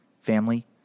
family